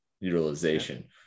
utilization